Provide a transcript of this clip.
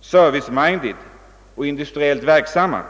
serviceminded och industriellt verksamma?